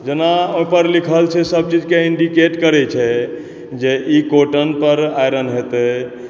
जेना ओहि पर लिखल छै सब चीज के इंडिकेट करै छै जे इ कॉटन पर आइरन हेतै